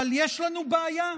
אבל יש לנו בעיה: